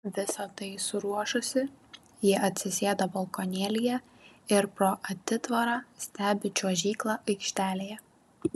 visa tai suruošusi ji atsisėda balkonėlyje ir pro atitvarą stebi čiuožyklą aikštelėje